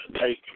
take